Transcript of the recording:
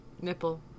Nipple